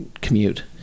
commute